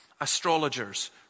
astrologers